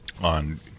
on